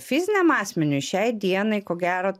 fiziniam asmeniui šiai dienai ko gero